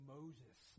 Moses